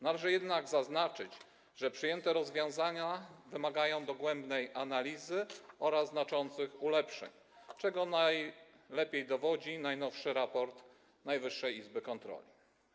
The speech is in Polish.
Należy jednak zaznaczyć, że przyjęte rozwiązania wymagają dogłębnej analizy oraz znaczących ulepszeń, czego najlepiej dowodzi najnowszy raport Najwyższej Izby Kontroli.